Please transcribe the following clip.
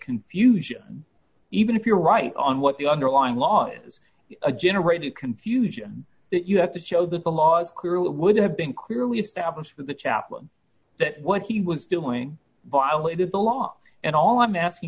confusion even if you're right on what the underlying law is a generated confusion that you have to show that the laws crew it would have been clearly established for the chaplain that what he was doing by way did the law and all i'm asking